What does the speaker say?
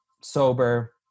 sober